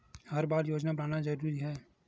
हर बार योजना बनाना जरूरी है?